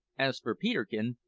as for peterkin,